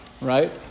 right